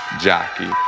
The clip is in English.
jockey